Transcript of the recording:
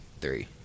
Three